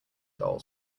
doll